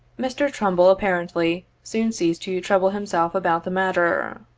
mr. trumbull, apparently, soon ceased to trouble himself about the matter.